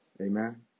Amen